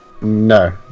No